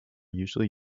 usually